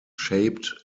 shaped